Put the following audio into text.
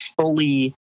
fully